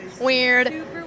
Weird